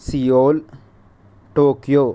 Seoul Tokyo